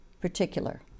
particular